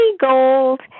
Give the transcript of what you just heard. gold